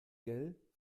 gell